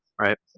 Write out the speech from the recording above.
right